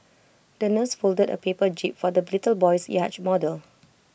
the nurse folded A paper jib for the little boy's yacht model